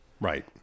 Right